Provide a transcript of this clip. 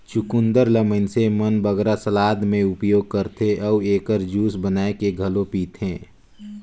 चुकंदर ल मइनसे मन बगरा सलाद में उपयोग करथे अउ एकर जूस बनाए के घलो पीथें